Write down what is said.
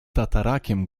tatarakiem